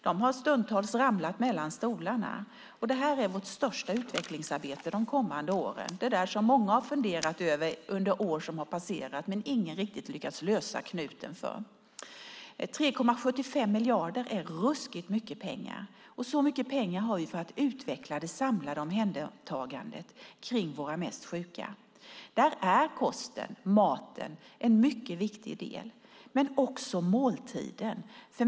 De har stundtals ramlat mellan stolarna. Det här är vårt största utvecklingsarbete de kommande åren. Det är något som många har funderat på under år som har passerat, men ingen har riktigt lyckats lösa knuten. 3,75 miljarder är ruskigt mycket pengar, och så mycket pengar har vi för att utveckla det samlade omhändertagandet av våra mest sjuka. Där är kosten, maten, en mycket viktig del, men också måltiden.